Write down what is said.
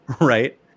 Right